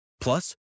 Plus